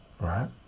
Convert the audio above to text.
right